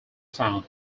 found